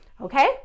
Okay